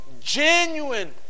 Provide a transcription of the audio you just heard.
genuine